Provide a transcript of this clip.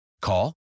Call